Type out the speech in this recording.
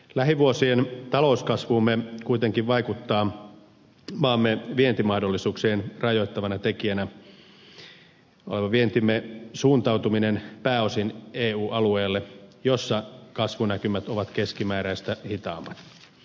lähivuosien talouskasvuumme kuitenkin vaikuttaa maamme vientimahdollisuuksien rajoittavana tekijänä oleva vientimme suuntautuminen pääosin eu alueelle jolla kasvunäkymät ovat keskimääräistä hitaammat